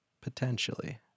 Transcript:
potentially